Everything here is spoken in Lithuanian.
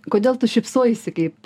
kodėl tu šypsojaisi kaip